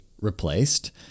replaced